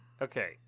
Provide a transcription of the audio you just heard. Okay